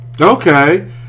Okay